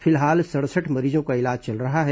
फिलहाल सड़सठ मरीजों का इलाज चल रहा है